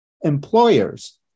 employers